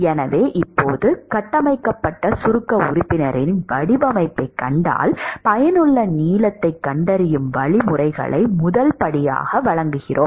எனவே இப்போது கட்டமைக்கப்பட்ட சுருக்க உறுப்பினரின் வடிவமைப்பைக் கண்டால் பயனுள்ள நீளத்தைக் கண்டறியும் வழிமுறைகளை முதல் படியாக வழங்குகிறோம்